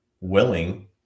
willing